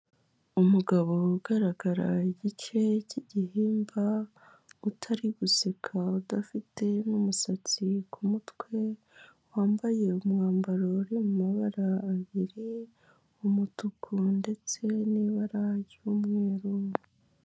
Umugabo ugaragara igice cy'gihimba utari buseka udafiteumusatsi kumutwe wambaye umwambaro uri mabara abiri umutuku ndetse n'ibara ry'umweru.